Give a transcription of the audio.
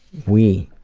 we,